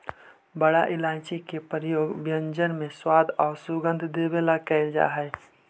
बड़ा इलायची के प्रयोग व्यंजन में स्वाद औउर सुगंध देवे लगी कैइल जा हई